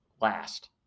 last